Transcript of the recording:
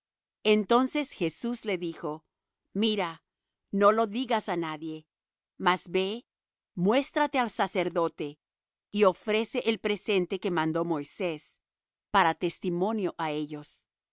entonces jesús le dijo mira no lo digas á nadie mas ve muéstrate al sacerdote y ofrece el presente que mandó moisés para testimonio á ellos